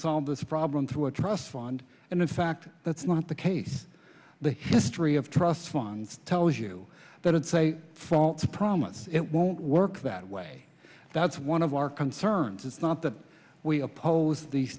solve this problem through a trust fund and in fact that's not the case the history of trust funds tells you that it's a false promise it won't work that way that's one of our concerns it's not that we oppose the